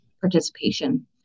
participation